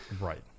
Right